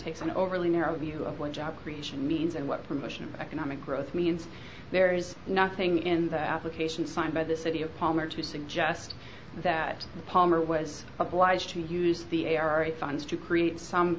takes an overly narrow view of what job creation means and what promotion economic growth means there is nothing in the application signed by the city of palmer to suggest that palmer was obliged to use the a r e funds to create some